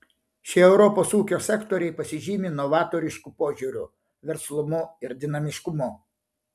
šie europos ūkio sektoriai pasižymi novatorišku požiūriu verslumu ir dinamiškumu